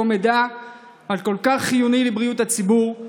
מידע הכל-כך חיוני לבריאות הציבור.